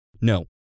No